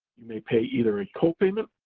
you may pay either a copayment,